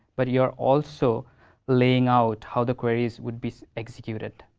but you're also laying out how the queries would be executed.